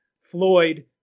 Floyd